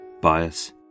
bias